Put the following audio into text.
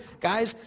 Guys